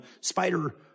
spider